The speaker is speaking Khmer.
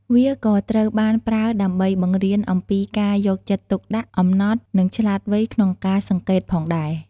វាក៏ត្រូវបានប្រើដើម្បីបង្រៀនអំពីការយកចិត្តទុកដាក់ អំណត់ និងឆ្លាតវៃក្នុងការសង្កេតផងដែរ។